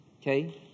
Okay